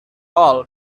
all